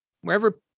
wherever